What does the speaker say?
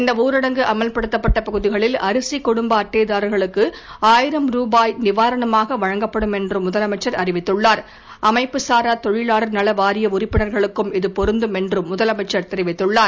இந்த ஊரடங்கு அமல்படுத்தப்பட்ட பகுதிகளில் அரிசி குடும்ப அட்டைதாரர்களுக்கு ஆயிரம் ரூபாய் நிவாரணமாக வழங்கப்படும் என்றும் முதலமைச்சர் அறிவித்துள்ளார் அமைப்புசாரா தொழிலாளர் நல வாரிய உறுப்பினர்களுக்கும் இது பொருந்தும் என்றும் முதலமைச்சர் தெரிவித்துள்ளார்